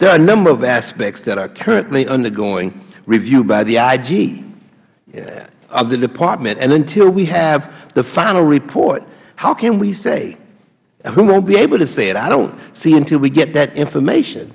there are a number of aspects that are currently undergoing review by the ig of the department and until we have the final report how can we say we won't be able to say it i don't see it until we get that information